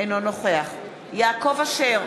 אינו נוכח יעקב אשר,